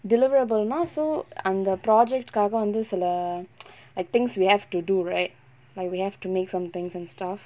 deliverable நா:naa so அந்த:antha project காக வந்து சில:kaasu vanthu sila like things we have to do right like we have to make some things and stuff